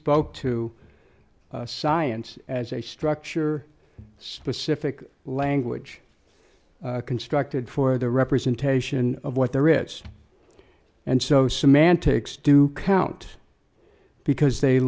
spoke to science as a structure specific language constructed for the representation of what there is and so semantics do count because they